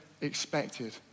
expected